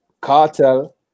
cartel